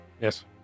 Yes